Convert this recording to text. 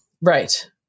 Right